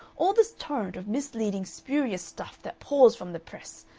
all this torrent of misleading, spurious stuff that pours from the press.